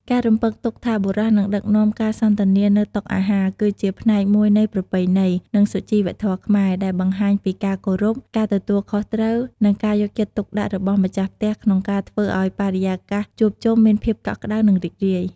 ការរំពឹងទុកថាបុរសនឹងដឹកនាំការសន្ទនានៅតុអាហារ គឺជាផ្នែកមួយនៃប្រពៃណី និងសុជីវធម៌ខ្មែរ ដែលបង្ហាញពីការគោរព ការទទួលខុសត្រូវ និងការយកចិត្តទុកដាក់របស់ម្ចាស់ផ្ទះក្នុងការធ្វើឲ្យបរិយាកាសជួបជុំមានភាពកក់ក្ដៅ និងរីករាយ។